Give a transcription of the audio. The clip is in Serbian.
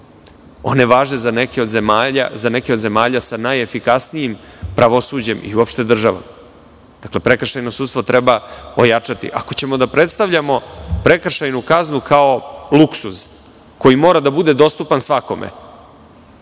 one važe za neke od zemalja sa najefikasnijim pravosuđem i uopšte država. Dakle, prekršajno sudstvo treba pojačati. Ako ćemo da predstavljamo prekršajnu kaznu kao luksuz koji mora da bude dostupan svakom,